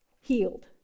healed